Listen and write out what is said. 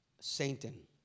Satan